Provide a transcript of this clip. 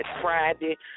Friday